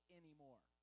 anymore